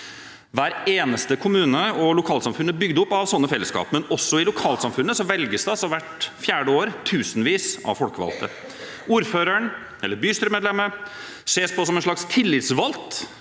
Hver eneste kommune og hvert eneste lokalsamfunn er bygd opp av slike fellesskap, men også i lokalsamfunnene velges det hvert fjerde år tusenvis av folkevalgte. Ordføreren eller bystyremedlemmet ses på som en slags tillitsvalgt